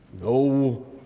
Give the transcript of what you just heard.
No